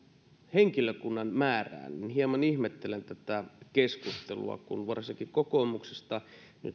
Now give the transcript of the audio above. henkilökunnan määrään niin hieman ihmettelen tätä keskustelua kun varsinkin kokoomuksesta